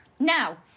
Now